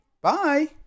Bye